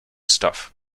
stuff